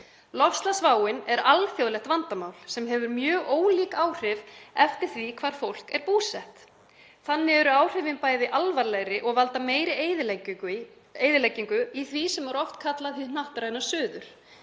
Loftslagsváin er alþjóðlegt vandamál sem hefur mjög ólík áhrif eftir því hvar fólk er búsett. Þannig eru áhrifin bæði alvarlegri og valda meiri eyðileggingu í því sem er oft kallað hið hnattræna suður,